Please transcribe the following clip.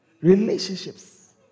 relationships